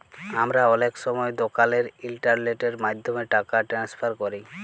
আমরা অলেক সময় দকালের ইলটারলেটের মাধ্যমে টাকা টেনেসফার ক্যরি